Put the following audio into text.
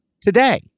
today